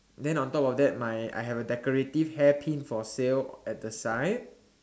then on of that my I have a decorative hair pin for sale at the side